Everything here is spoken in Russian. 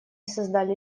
создали